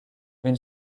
une